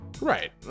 Right